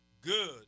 good